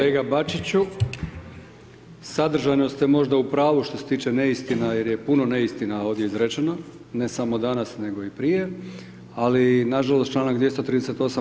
kolega Bačiću, sadržajno ste možda u pravu što se tiče neistina jer je puno neistina ovdje izrečeno, ne samo danas, nego i prije, ali, nažalost, čl. 238.